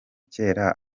kera